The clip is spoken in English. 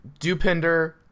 Dupinder